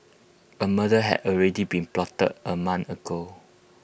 A murder had already been plotted A month ago